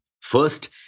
First